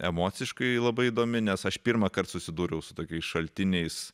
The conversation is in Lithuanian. emociškai labai įdomi nes aš pirmąkart susidūriau su tokiais šaltiniais